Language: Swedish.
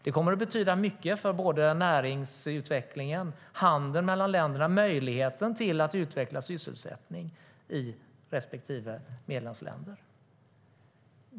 Det kommer att betyda mycket för näringsutvecklingen, handeln mellan länderna och möjligheten att utveckla sysselsättningen i respektive medlemsländer.